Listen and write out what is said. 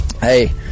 hey